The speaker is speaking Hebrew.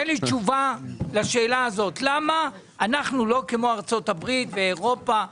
תן לי תשובה לשאלה הזאת: למה אנחנו לא כמו ארצות הברית ואירופה?